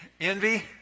envy